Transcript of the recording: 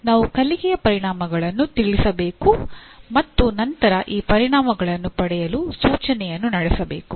ನಾವು ಕಲಿಕೆಯ ಪರಿಣಾಮಗಳನ್ನು ತಿಳಿಸಬೇಕು ಮತ್ತು ನಂತರ ಈ ಪರಿಣಾಮಗಳನ್ನು ಪಡೆಯಲು ಸೂಚನೆಯನ್ನು ನಡೆಸಬೇಕು